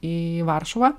į varšuvą